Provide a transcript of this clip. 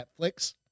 Netflix